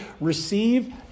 receive